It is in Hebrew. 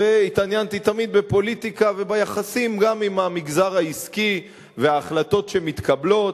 תמיד התעניינתי בפוליטיקה וביחסים גם עם המגזר העסקי ובהחלטות שמתקבלות.